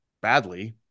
badly